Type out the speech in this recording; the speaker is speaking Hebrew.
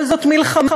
אבל זאת מלחמה,